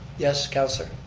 yes, councilor?